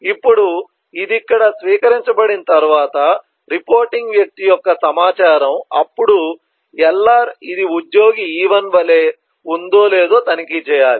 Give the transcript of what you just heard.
ఇప్పుడు అది ఇక్కడ స్వీకరించబడిన తర్వాత రిపోర్టింగ్ వ్యక్తి యొక్క సమాచారం అప్పుడు LR ఇది ఉద్యోగి E1 వలె ఉందో లేదో తనిఖీ చేయాలి